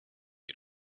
you